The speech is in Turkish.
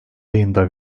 ayında